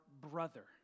brother